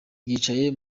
yicaye